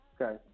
Okay